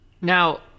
Now